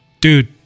Dude